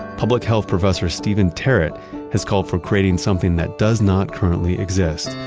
public health professor stephen teret has called for creating something that does not currently exist,